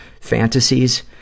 fantasies